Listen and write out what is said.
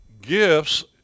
Gifts